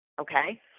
Okay